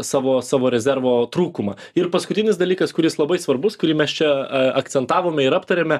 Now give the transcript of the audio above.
savo savo rezervo trūkumą ir paskutinis dalykas kuris labai svarbus kurį mes čia a akcentavome ir aptarėme